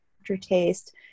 aftertaste